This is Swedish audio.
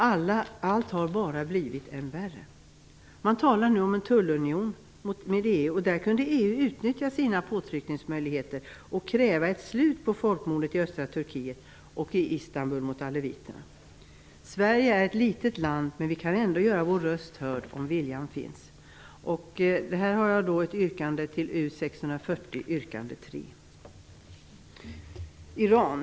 Allt har bara blivit värre! Man talar nu om en tullunion med. Där kunde EU utnyttja sina påtryckningsmöjligheter och kräva ett slut på folkmordet i östra Turkiet och i Istanbul på aleviterna. Sverige är ett litet land men vi kan ändå göra vår röst hörd om viljan finns. Jag har här ett yrkande beträffande motion 640, yrkande 3. Jag vill fortsätta med Iran.